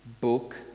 book